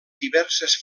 diverses